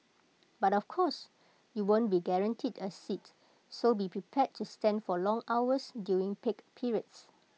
but of course you won't be guaranteed A seat so be prepared to stand for long hours during peak periods